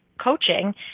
coaching